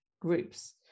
groups